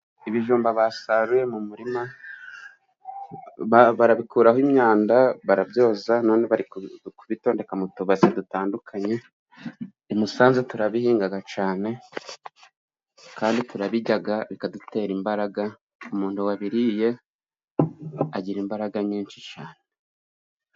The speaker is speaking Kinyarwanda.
Ibijumba basaruye mu murima barabikuraho imyanda barabyoza. None bari kubitondeka mu tubase dutandukanye, i Musanze turabihingaga cane kandi turabiryaga bikadutera imbaraga. Umuntu wabiriye agira imbaraga nyinshi.